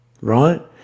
right